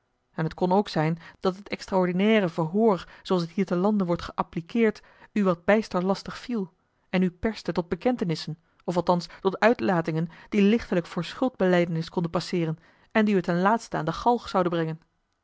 en t kon ook zijn dat het extra ordinaire verhoor zooals het hier te lande wordt geappliceerd u wat bijster lastig viel en u perste tot bekentenissen of althans tot uitlatingen die lichtelijk voor schuldbelijdenis konden passeeren en die u ten laatste aan de galg zouden brengen